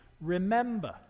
remember